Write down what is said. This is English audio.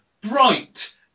bright